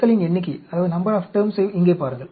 சொற்களின் எண்ணிக்கையை இங்கே பாருங்கள்